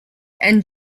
and